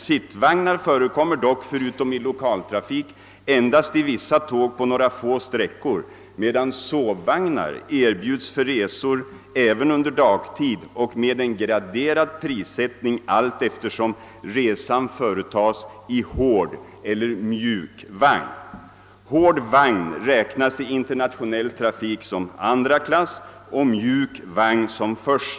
Sittvagnar förekommer dock förutom i lokaltrafik endast i vissa tåg på några få sträckor medan sovvagnar erbjuds för resor även under dagtid och med en prissättning som är graderad med hänsyn till om resan erbjuds i mjuk eller hård vagn. Hård vagn räknas i in ternationell trafik som andra klass och mjuk vagn som första klass.